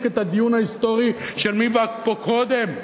את הדיון ההיסטורי של מי בא לפה קודם,